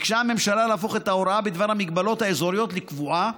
ביקשה הממשלה להפוך את ההוראה בדבר המגבלות האזוריות לקבועה,